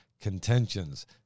contentions